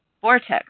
vortex